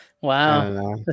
Wow